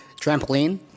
Trampoline